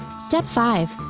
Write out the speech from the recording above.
step five.